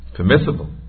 Permissible